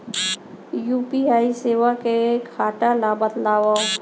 UPI सेवा के घाटा ल बतावव?